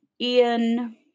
Ian